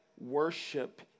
worship